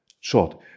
short